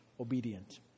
obedient